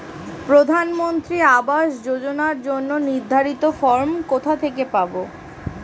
প্রধানমন্ত্রী আবাস যোজনার জন্য নির্ধারিত ফরম কোথা থেকে পাব?